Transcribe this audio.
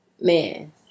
man